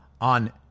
on